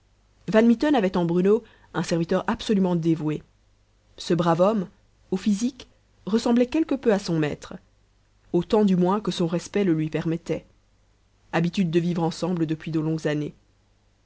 van mitten avait en bruno un serviteur absolument dévoué ce brave homme au physique ressemblait quelque peu à son maître autant du moins que son respect le lui permettait habitude de vivre ensemble depuis de longues années